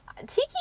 Tiki